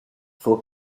for